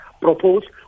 proposed